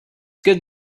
good